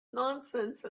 nonsense